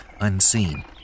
unseen